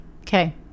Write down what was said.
okay